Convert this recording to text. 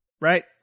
right